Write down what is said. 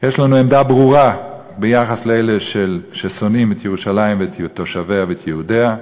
יש לנו עמדה ברורה ביחס לאלו ששונאים את ירושלים ואת תושביה ואת יהודיה,